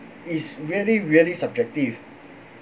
it's really really subjective